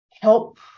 help